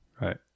Right